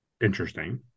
interesting